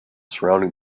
surrounding